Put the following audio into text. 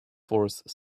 force